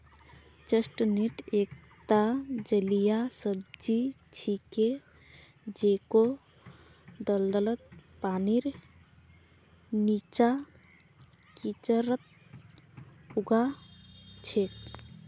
chestnut एकता जलीय सब्जी छिके जेको दलदलत, पानीर नीचा, कीचड़त उग छेक